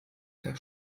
der